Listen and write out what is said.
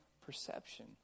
perception